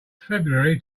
february